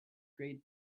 great